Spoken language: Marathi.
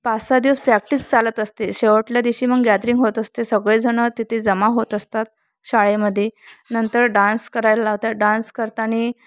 पाच सहा दिवस प्रॅक्टिस चालत असते शेवटल्या दिवशी मग गॅदरिंग होत असते सगळेजण तिथे जमा होत असतात शाळेमध्ये नंतर डान्स करायला लावत डान्स करताना